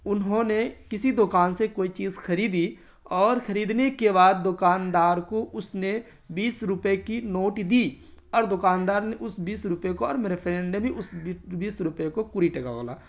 انہوں نے کسی دکان سے کوئی چیز خریدی اور خریدنے کے بعد دکاندار کو اس نے بیس روپئے کی نوٹ دی اور دکاندار نے اس بیس روپئے کو اور میرے فرینڈ نے اس بیس روپئے کو کوری ٹکا بولا